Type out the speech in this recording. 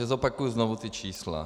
Zopakuji znovu čísla.